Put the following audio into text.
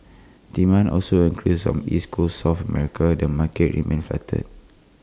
demand also increased from East Coast south America the market remained flatter